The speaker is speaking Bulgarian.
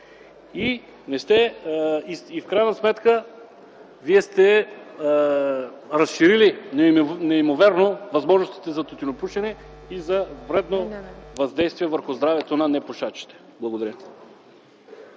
В крайна сметка вие сте разширили неимоверно възможностите за тютюнопушене и за вредно въздействие върху здравето на непушачите. Благодаря.